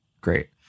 great